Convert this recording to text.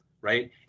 right